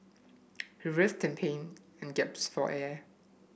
he writhed in pain and gaps for air